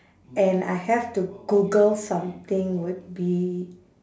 and I have to google something would be